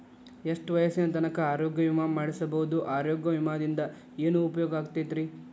ಎಷ್ಟ ವಯಸ್ಸಿನ ತನಕ ಆರೋಗ್ಯ ವಿಮಾ ಮಾಡಸಬಹುದು ಆರೋಗ್ಯ ವಿಮಾದಿಂದ ಏನು ಉಪಯೋಗ ಆಗತೈತ್ರಿ?